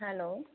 hello